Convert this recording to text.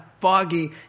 foggy